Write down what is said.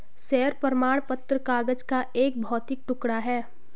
share प्रमाण पत्र कागज का एक भौतिक टुकड़ा है